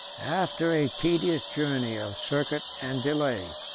after a tedious journey of circuit and delay,